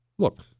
Look